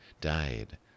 died